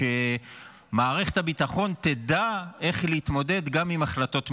ושמערכת הביטחון תדע איך להתמודד גם עם החלטות מדיניות.